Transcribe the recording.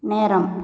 நேரம்